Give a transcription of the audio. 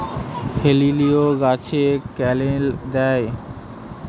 হেলিলিও গাছে ক্যানেল দেয়?